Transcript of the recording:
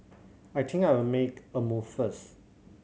I think I'll make a move first